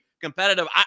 competitive